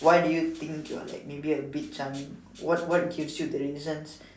why do you think you're like maybe a bit charming what what gives you the reasons